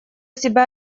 себя